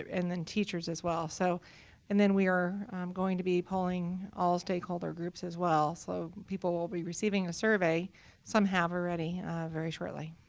and then teachers as well. so and then we are going to be polling all stakeholder groups as well. so people will be receiving a survey some have already very shortly.